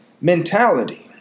mentality